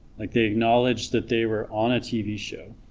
like they acknowledged that they were on a tv show